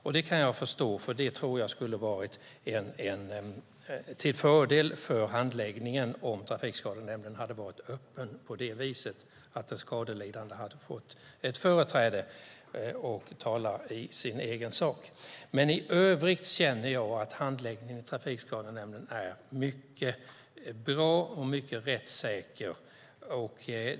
Jag har full förståelse för det och tror att det skulle vara till fördel för handläggningen om Trafikskadenämnden hade varit öppen på det viset att den skadelidande hade fått ett företräde att tala i egen sak. I övrigt känner jag att handläggningen i Trafikskadenämnden är mycket bra och rättssäker.